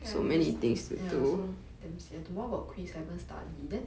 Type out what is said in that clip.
ya also damn sian tomorrow got quiz haven't study then